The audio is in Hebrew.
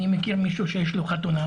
אני מכיר מישהו שיש לו חתונה,